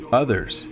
others